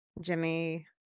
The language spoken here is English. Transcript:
Jimmy